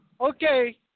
Okay